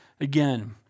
again